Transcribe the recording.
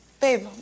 Babe